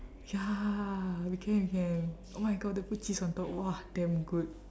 ya we can we can oh my god then put cheese on top !wah! damn good